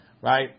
Right